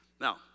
Now